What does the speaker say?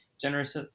generous